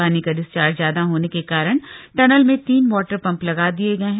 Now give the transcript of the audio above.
पानी का डिस्चार्ज ज्यादा होने के कारण टनल में तीन वॉटर पंप लगा दिए गए हैं